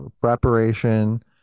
preparation